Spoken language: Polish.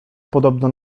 podobno